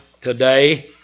today